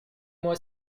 moi